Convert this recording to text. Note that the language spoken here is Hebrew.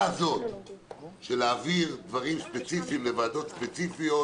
הזאת של להעביר דברים ספציפיים לוועדות ספציפיות